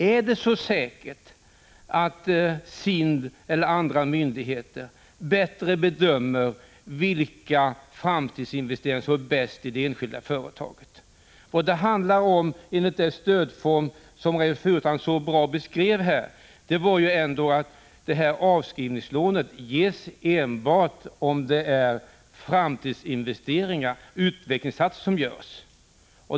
Är det så säkert att statens industriverk, SIND, eller andra myndigheter bättre bedömer vilka framtidsinvesteringar som är mest fördelaktiga i det enskilda företaget? Enligt den föreslagna stödformen, som Reynoldh Furustrand själv så bra beskrev, skall avskrivningslånet ges enbart om det är framtidsinvesteringar och utvecklingsinsatser som görs.